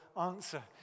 answer